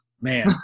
man